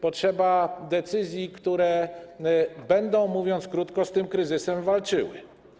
Potrzeba decyzji, które będą, mówiąc krótko, z tym kryzysem walczyły.